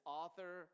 author